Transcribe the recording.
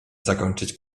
zakończyć